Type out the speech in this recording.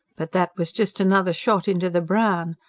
but that was just another shoot into the brown.